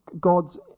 gods